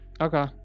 Okay